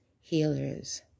healers